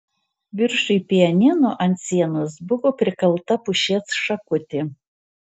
viršuj pianino ant sienos buvo prikalta pušies šakutė